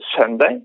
Sunday